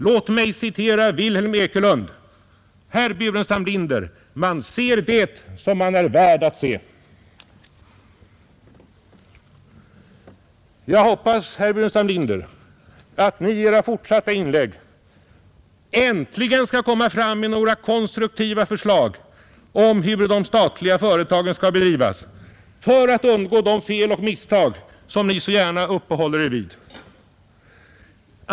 Låt mig citera Vilhelm Ekelund: Man ser det som man är värd att se. Jag hoppas, herr Burenstam Linder, att Ni i Era fortsatta inlägg äntligen skall lägga fram några konstruktiva förslag till hur de statliga företagen skall drivas för att undgå de fel och misstag som Ni så gärna uppehåller Er vid.